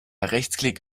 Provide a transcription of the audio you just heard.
rechtsklick